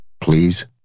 please